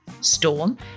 Storm